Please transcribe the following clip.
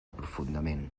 profundament